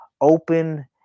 open